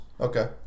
Okay